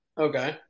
Okay